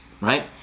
right